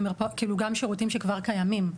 גם שירותים שכבר קיימים,